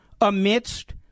amidst